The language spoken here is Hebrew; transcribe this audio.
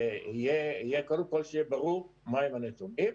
יהיה ברור מה הם הנתונים.